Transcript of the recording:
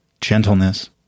gentleness